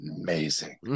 amazing